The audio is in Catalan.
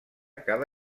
cada